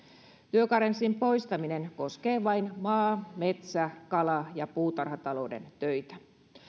työkarenssin poistaminen koskee vain maa metsä kala ja puutarhatalouden töitä